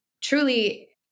truly